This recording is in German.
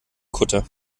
kutter